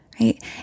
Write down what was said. right